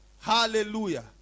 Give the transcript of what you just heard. Hallelujah